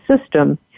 system